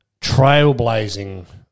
trailblazing